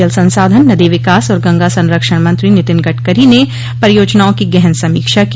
जल संसाधन नदी विकास और गंगा संरक्षण मंत्री नितिन गडकरी ने परियोजनाओं की गहन समीक्षा की